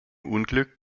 unglück